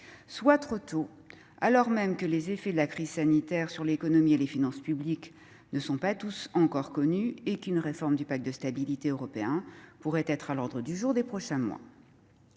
arrive trop tôt, alors que les effets de la crise sanitaire sur l'économie et les finances publiques ne sont pas encore tous connus et qu'une réforme du pacte de stabilité et de croissance européen pourrait être à l'ordre du jour des prochains mois.